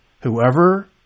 whoever